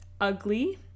ugly